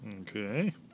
Okay